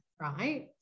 right